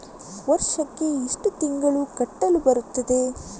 ವರ್ಷಕ್ಕೆ ಎಷ್ಟು ತಿಂಗಳು ಕಟ್ಟಲು ಬರುತ್ತದೆ?